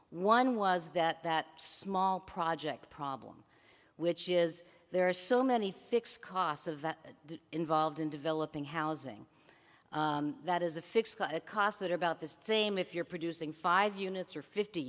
one was that that small project problem which is there are so many fixed costs of involved in developing housing that is a fixed cost that are about the same if you're producing five units or fifty